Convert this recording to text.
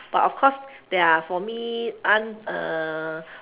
but of course there are for me un~ uh